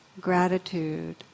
gratitude